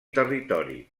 territori